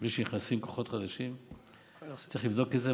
בלי שנכנסים כוחות חדשים, צריך לבדוק את זה.